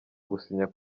gusinya